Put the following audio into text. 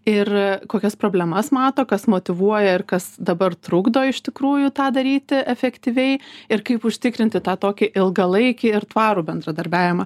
ir kokias problemas mato kas motyvuoja ir kas dabar trukdo iš tikrųjų tą daryti efektyviai ir kaip užtikrinti tą tokį ilgalaikį ir tvarų bendradarbiavimą